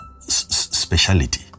speciality